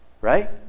right